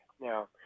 Now